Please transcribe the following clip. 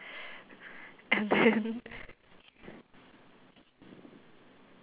and then